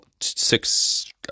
six